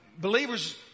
Believers